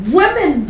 women